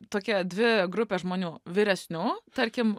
tokia dvi grupės žmonių vyresnių tarkim